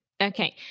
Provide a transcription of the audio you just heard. Okay